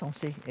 see